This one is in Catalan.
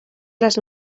les